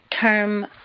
term